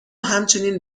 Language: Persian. همچنین